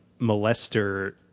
Molester